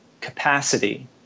capacity